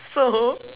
so